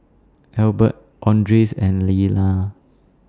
Albert Andres and Lyla